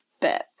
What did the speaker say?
bit